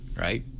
right